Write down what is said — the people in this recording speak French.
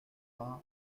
vingt